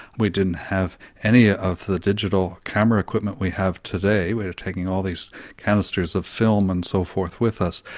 we didn't have any ah of the digital camera equipment we have today, we were taking all these canisters of film and so forth with us.